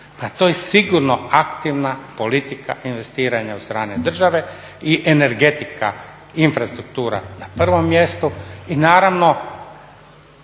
Pa to je sigurno aktivna politika investiranja u strane države i energetika infrastruktura na prvom mjestu, i naravno